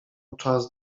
czas